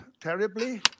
terribly